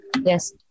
Yes